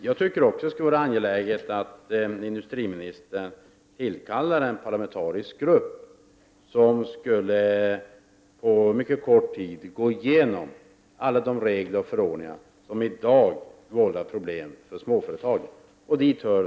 Jag anser också att det är angeläget att industriministern tillkallar en parla mentariskt sammansatt grupp som på mycket kort tid skulle gå igenom alla de regler och förordningar som i dag vållar problem för småföretagen.